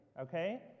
okay